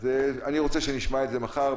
אני רוצה שנשמע את זה מחר.